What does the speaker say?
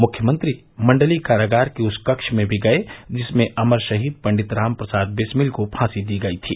मुख्यमंत्री मण्डलीय कारागार के उस कक्ष में भी गये जिसमें अमर शहीद पंडित राम प्रसाद बिस्मिल को फांसी दी गयी थी